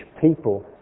people